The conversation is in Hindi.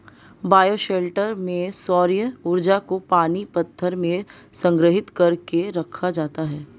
बायोशेल्टर में सौर्य ऊर्जा को पानी पत्थर में संग्रहित कर के रखा जाता है